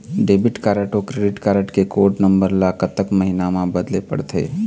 Debit card अऊ credit card के code number ला कतक महीना मा बदले पड़थे?